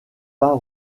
pas